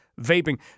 vaping